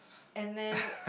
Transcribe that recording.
and then